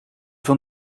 van